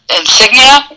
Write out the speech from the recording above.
insignia